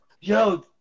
Yo